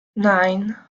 nine